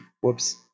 Whoops